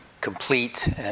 complete